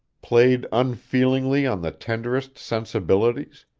played unfeelingly on the tenderest sensibilities,